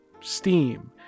Steam